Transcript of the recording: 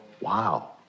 wow